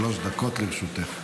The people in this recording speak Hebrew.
שלוש דקות לרשותך.